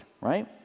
right